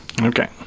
Okay